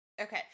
okay